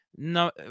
No